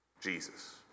Jesus